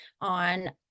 on